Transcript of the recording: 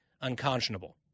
unconscionable